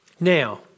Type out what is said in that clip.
Now